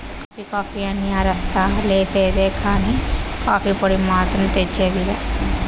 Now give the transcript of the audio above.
coffee coffee అని అరస్తా లేసేదే కానీ, కాఫీ పొడి మాత్రం తెచ్చేది లా